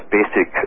basic